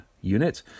unit